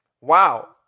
Wow